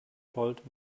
wollt